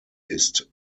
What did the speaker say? ist